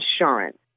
insurance